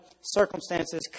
circumstances